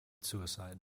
suicide